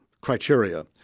criteria